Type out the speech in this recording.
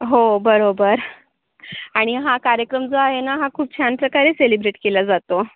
हो बरोबर आणि हा कार्यक्रम जो आहे ना हा खूप छानप्रकारे सेलिब्रेट केला जातो